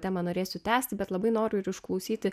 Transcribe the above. temą norėsiu tęsti bet labai noriu ir išklausyti